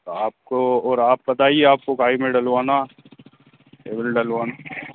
आपको और आप बताइए आपको काहे में डलवाना केवल डलवाना